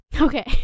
Okay